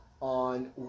on